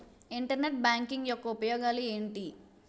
Internet banking యెక్క ఉపయోగాలు ఎంటి?